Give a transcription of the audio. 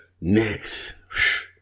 next